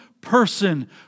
person